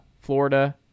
florida